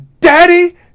Daddy